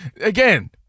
Again